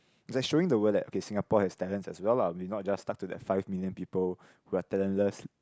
he's like showing the world eh okay Singapore has talents as well lah we not just stuck to the five million people who are talentless